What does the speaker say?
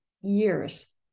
years